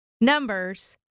Numbers